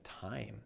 time